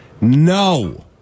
No